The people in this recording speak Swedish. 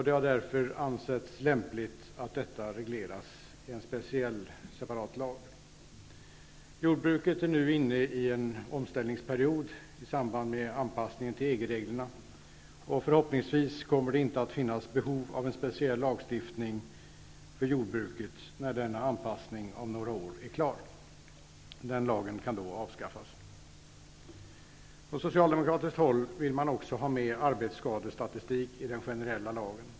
Det har därför ansetts lämpligt att dessa regleras i en speciell, separat lag. Jordbruket är nu inne i en omställningsperiod i samband med anpassningen till EG-reglerna. Förhoppningsvis kommer det inte att finnas behov av en speciell lagstiftning för jordbruket när denna anpassning om några år är klar. Den lagen kan då avskaffas. Från socialdemokratiskt håll vill man också ha med arbetsskadestatistik i den generella lagen.